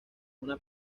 una